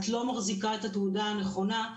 את לא מחזיקה את התעודה הנכונה,